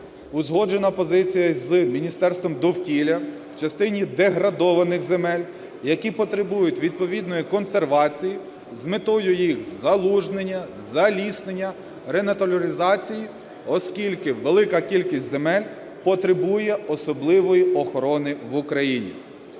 Узгоджена позиція з Міністерством довкілля в частині деградованих земель, які потребують відповідної консервації з метою їх залуження, заліснення, ренатуралізації, оскільки велика кількість земель потребує особливої охорони в Україні.